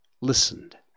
listened